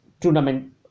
tournament